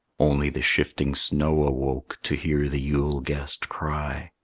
only the shifting snow awoke to hear the yule guest cry.